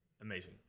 amazing